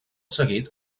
seguit